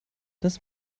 das